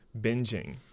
binging